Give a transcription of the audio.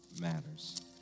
matters